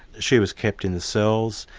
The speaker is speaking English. she was kept in the cells,